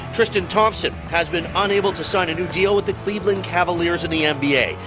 tristan thompson has been unable to sign a new deal with the cleveland cavaliers in the nba.